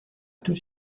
tout